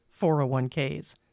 401ks